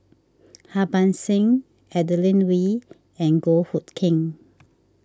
Harbans Singh Adeline Ooi and Goh Hood Keng